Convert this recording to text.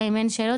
גם אם אין שאלות,